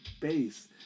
base